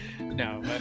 No